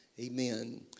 Amen